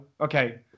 Okay